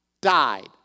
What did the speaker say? died